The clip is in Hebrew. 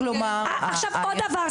עכשיו עוד דבר.